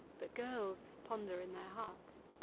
but girls ponder in their hearts.